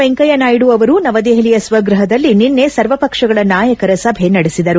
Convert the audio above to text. ವೆಂಕಯ್ಯನಾಯ್ತು ಅವರು ನವದೆಹಲಿಯ ಸ್ವಗೃಹದಲ್ಲಿ ನಿನ್ನೆ ಸರ್ವಪಕ್ಷಗಳ ನಾಯಕರ ಸಭೆ ನಡೆಸಿದರು